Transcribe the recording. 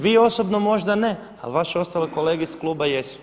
Vi osobno možda ne, ali vaše ostale kolege iz kluba jesu.